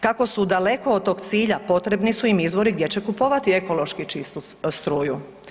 Kako su daleko od tog cilja potrebni su im izvori gdje će kupovati ekološki čistu struju.